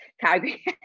category